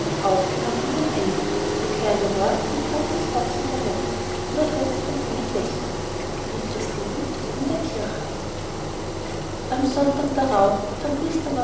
siebentes kapitel am sonntag darauf fand